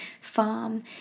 farm